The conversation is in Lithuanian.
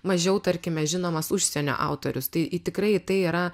mažiau tarkime žinomas užsienio autorius tai tikrai į tai yra